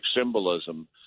symbolism